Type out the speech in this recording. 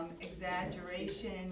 exaggeration